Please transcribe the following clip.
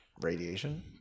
radiation